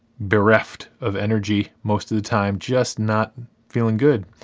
bereft of energy most of the time. just not feeling good.